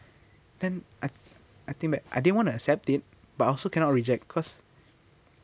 then I I think back I didn't want to accept it but also cannot reject cause